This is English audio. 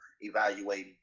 evaluating